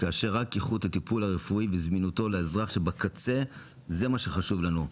וכאשר רק איכות הטיפול הרפואי וזמינותו לאזרח שבקצה זה מה שחשוב לנו,